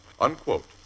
Unquote